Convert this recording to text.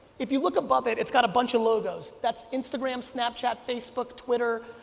if you look above it, it's got a bunch of logos, that's instagram, snapchat, facebook, twitter,